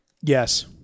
Yes